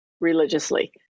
religiously